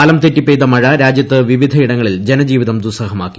കാലംതെറ്റി പെയ്ത മഴ രാജ്യത്ത് പിപിധയിടങ്ങളിൽ ജനജീവിതം ദുസ്സഹമാക്കി